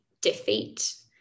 defeat